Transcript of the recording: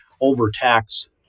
overtax